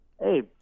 Hey